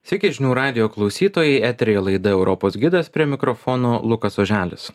sveiki žinių radijo klausytojai eteryje laida europos gidas prie mikrofono lukas oželis